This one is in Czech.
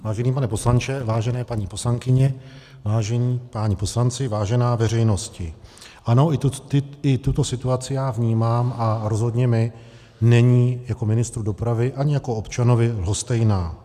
Vážený pane poslanče, vážené paní poslankyně, vážení páni poslanci, vážená veřejnosti, ano, i tuto situaci já vnímám a rozhodně mi není jako ministru dopravy ani jako občanovi lhostejná.